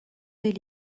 des